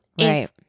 Right